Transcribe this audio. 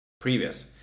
previous